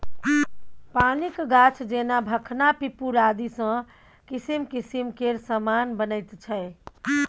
पानिक गाछ जेना भखना पिपुर आदिसँ किसिम किसिम केर समान बनैत छै